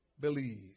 believe